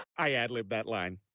i adlibbed that line.